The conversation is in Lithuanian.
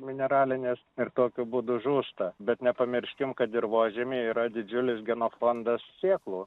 mineralinės ir tokiu būdu žūsta bet nepamirškim kad dirvožemy yra didžiulis genofondas sėklų